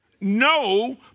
No